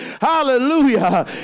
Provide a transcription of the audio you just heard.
hallelujah